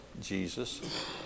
Jesus